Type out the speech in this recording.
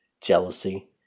jealousy